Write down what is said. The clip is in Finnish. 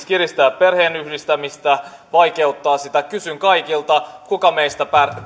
kiristää perheenyhdistämistä vaikeuttaa sitä kysyn kaikilta kuka meistä